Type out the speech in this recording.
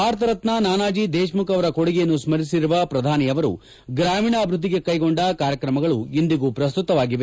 ಭಾರತ ರತ್ನ ನಾನಾಜಿ ದೇಶ್ಮುಖ್ ಅವರ ಕೊಡುಗೆಯನ್ನು ಸ್ಕರಿಸಿದ ಪ್ರಧಾನಿ ಅವರು ಗ್ರಾಮೀಣ ಅಭಿವೃದ್ಧಿಗೆ ಕೈಗೊಂಡ ಕಾರ್ಯಕ್ರಮಗಳು ಇಂದಿಗೂ ಪ್ರಸ್ತುತವಾಗಿವೆ